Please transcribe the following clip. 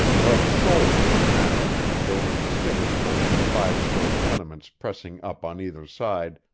but soulless now and only distinguishable from the five-story tenements pressing up on either side,